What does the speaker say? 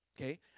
okay